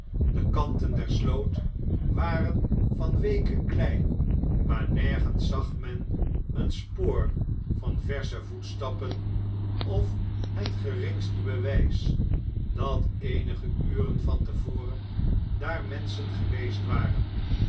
de kanten der sloot waren van weeke klei maar nergens zag men een spoor van versche voetstappen of het geringste bewijs dat eenige uren van te voren daar menschen geweest waren